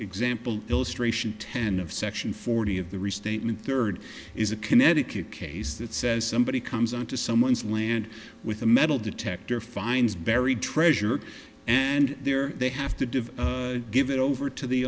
example illustration ten of section forty of the restatement third is a connecticut case that says somebody comes on to someone's land with a metal detector finds buried treasure and there they have to give it over to the